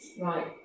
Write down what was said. Right